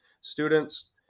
students